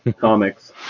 comics